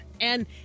And-